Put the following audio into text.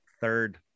Third